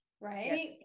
Right